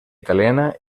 italiana